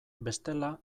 bestela